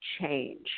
change